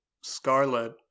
Scarlet